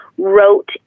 wrote